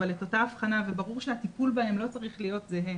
אבל את אותה אבחנה וברור שהטיפול בהם לא צריך להיות זהה